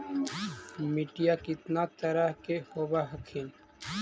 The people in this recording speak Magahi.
मिट्टीया कितना तरह के होब हखिन?